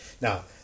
Now